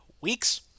weeks